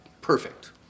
Perfect